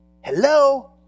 Hello